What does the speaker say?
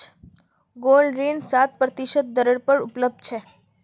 gold ऋण सात प्रतिशतेर दरेर पर उपलब्ध छ